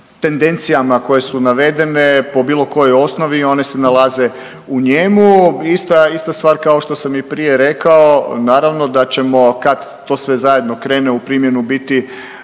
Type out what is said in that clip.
koje su navedene po bilo kojoj osnovi i one se nalaze u njemu. Ista, ista stvar kao što sam i prije rekao naravno da ćemo kad to sve zajedno krene u primjenu biti